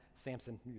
Samson